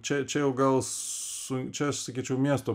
čia čia jau gal su čia aš sakyčiau miesto